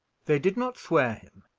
they did not swear him.